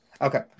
Okay